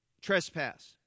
trespass